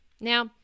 Now